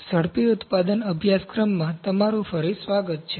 ઝડપી ઉત્પાદન અભ્યાસક્રમમાં તમારું ફરી સ્વાગત છે